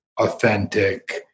authentic